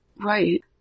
Right